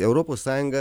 europos sąjunga